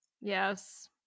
Yes